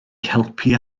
helpu